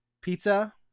pizza